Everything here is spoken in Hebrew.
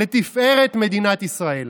לתפארת מדינת ישראל.